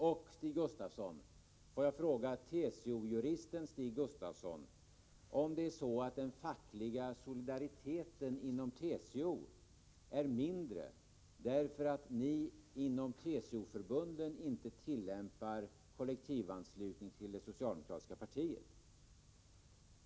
Får jag fråga TCO-juristen Stig Gustafsson om den fackliga solidariteten inom TCO är mindre därför att ni inom TCO-förbunden inte tillämpar kollektivanslutning till det socialdemokratiska partiet.